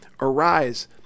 Arise